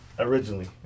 originally